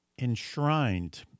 enshrined